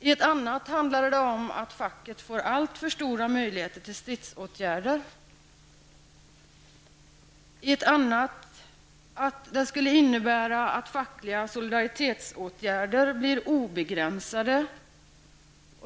I ett annat handlade det om att facket får alltför stora möjligheter till stridsåtgärder, i ett tredje om att det skulle innebära att fackliga solidaritetsåtgärder blir obegränsade.